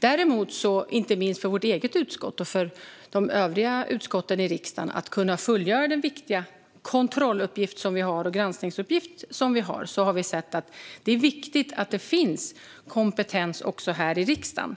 För att inte minst vårt eget utskott och de övriga utskotten i riksdagen ska kunna fullgöra den viktiga kontroll och granskningsuppgift som vi har är det viktigt att det finns kompetens också här i riksdagen.